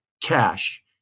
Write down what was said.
cash